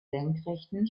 senkrechten